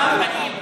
אוקיי.